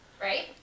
Right